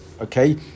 Okay